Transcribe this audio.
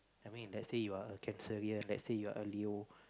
I mean if let's say you are a cancerian let's say you are a Leo